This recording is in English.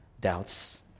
doubts